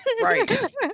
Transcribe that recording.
right